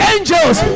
Angels